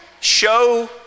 show